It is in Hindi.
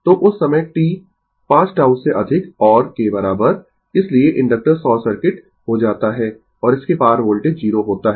तो उस समय t 5 τ से अधिक और के बराबर इसलिए इंडक्टर शॉर्ट सर्किट हो जाता है और इसके पार वोल्टेज 0 होता है